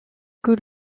que